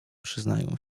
przyznaję